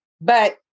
But-